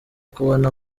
kubona